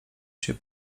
się